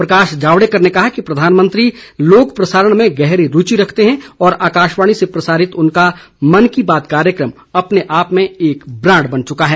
प्रकाश जावड़ेकर ने कहा कि प्रधानमंत्री लोक प्रसारण में गहरी रुचि रखते हैं और आकाशवाणी से प्रसारित उनका मन की बात कार्यक्रम अपने आप में एक ब्रांड बन चुका है